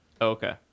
Okay